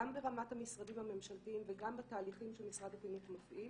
ברמת המשרדים הממשלתיים וגם בתהליכים שמשרד החינוך מפעיל,